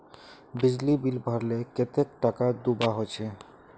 बिजली बिल भरले कतेक टाका दूबा होचे?